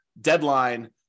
deadline